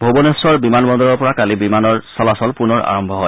ভূৱনেশ্বৰ বিমান বন্দৰৰ পৰা কালি বিমানৰ চলাচল পুনৰ আৰম্ভ হয়